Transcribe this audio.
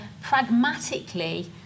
pragmatically